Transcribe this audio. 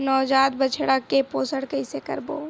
नवजात बछड़ा के पोषण कइसे करबो?